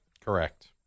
Correct